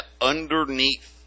underneath